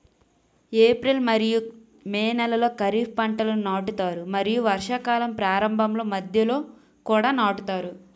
April మరియు May నెలలో ఖరీఫ్ పంటలను నాటుతారు మరియు వర్షాకాలం ప్రారంభంలో మధ్యలో కూడా నాటుతారు